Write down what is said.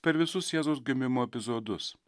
per visus jėzaus gimimo epizodus